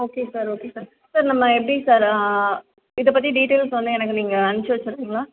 okay sir okay sir sir நம்ம எப்படி sir இதை பற்றி டீடைல்ஸ் வந்து எனக்கு நீங்கள் அமிச்சி வச்சுரிக்கீங்களா